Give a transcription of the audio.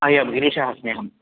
एवं गिरीशः अस्मि अहम्